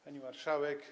Pani Marszałek!